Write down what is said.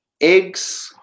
eggs